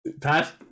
Pat